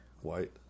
White